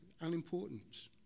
unimportant